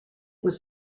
was